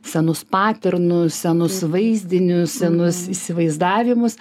senus paternus senus vaizdinius senus įsivaizdavimus